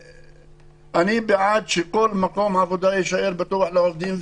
אני בעד שכל מקום עבודה יישאר פתוח לעובדים,